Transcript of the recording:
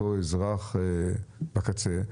אותו אזרח בקצה,